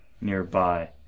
nearby